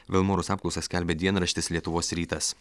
vilmorus apklausą skelbia dienraštis lietuvos rytas